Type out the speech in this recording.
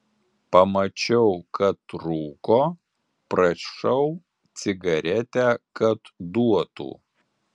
pamačiau kad rūko prašau cigaretę kad duotų